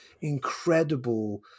incredible